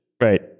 right